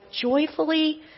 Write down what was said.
joyfully